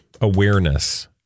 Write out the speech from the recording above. awareness